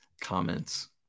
comments